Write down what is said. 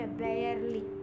barely